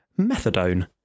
Methadone